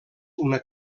una